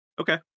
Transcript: Okay